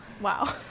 Wow